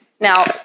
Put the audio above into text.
Now